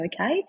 okay